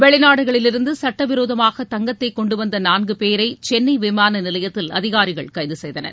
வெளிநாடுகளிலிருந்து சட்டவிரோதமாக தங்கத்தை கொண்டுவந்த நான்கு பேரை சென்னை விமான நிலையத்தில் அதிகாரிகள் கைது செய்தனர்